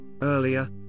earlier